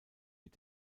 mit